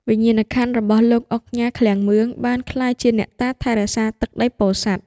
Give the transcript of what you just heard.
វិញ្ញាណក្ខន្ធរបស់លោកឧកញ៉ា ឃ្លាំងមឿង បានក្លាយជាអ្នកតាថែរក្សាទឹកដីពោធិ៍សាត់។